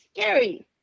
scary